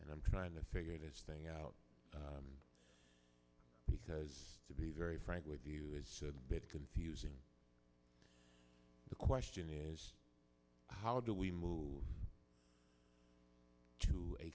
and i'm trying to figure this thing out because to be very frank with you is a bit confusing the question is how do we move to a